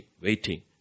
waiting